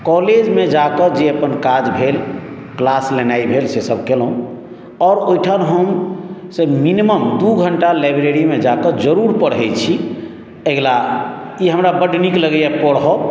कॉलेजमे जा कऽ जे अपन काज भेल क्लास लेनाय भेल से सब कयलहुँ आओर ओइठम हम से मिनिमम दू घण्टा लाइब्रेरीमे जा कऽ जरुर पढै छी अइला ई हमरा बड्ड नीक लगैए पढ़ब